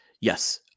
Yes